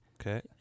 Okay